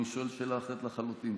אני שואל שאלה אחרת לחלוטין.